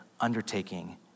undertaking